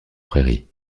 prairies